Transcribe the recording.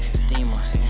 steamers